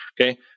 okay